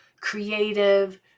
creative